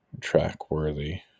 track-worthy